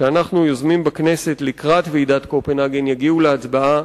שאנחנו יוזמים בכנסת לקראת ועידת קופנהגן תגיע להצבעה,